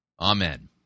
Amen